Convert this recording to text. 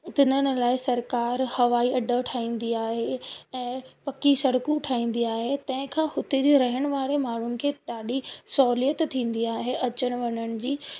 तिनन लाइ सरकार हवाई अॾो ठाईंदी आहे ऐं पक्की सड़कूं ठाईंदी आहे तेंखा हुते जे रहण वारे माण्हून खे ॾाढी सहूलियत थींदी आहे अचण वञण जी